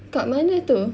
kat mana tu